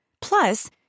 Plus